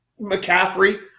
McCaffrey